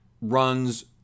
runs